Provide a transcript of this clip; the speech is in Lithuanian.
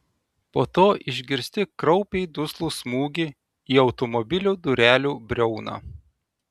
po to išgirsti kraupiai duslų smūgį į automobilio durelių briauną